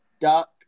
duck